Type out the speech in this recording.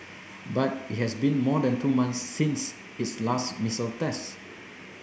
but it has been more than two months since its last missile test